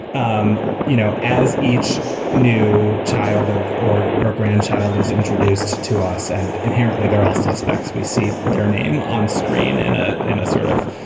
um you know, as each new child or or or grandchild is introduced to us and inherently, they're all suspects we see their name onscreen in a in a sort of,